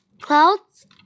clouds